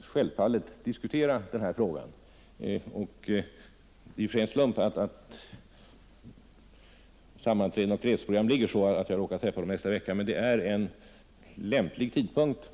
självfallet att med dem diskutera frågan. Det är en ren slump att sammanträden och fredsprogram råkar sammanfalla så att jag får träffa dem i nästa vecka, men det är en lämplig tidpunkt.